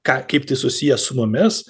ką kaip tai susiję su mumis